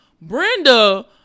Brenda